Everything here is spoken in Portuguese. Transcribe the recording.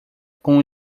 com